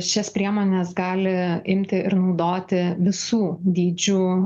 šias priemones gali imti ir naudoti visų dydžių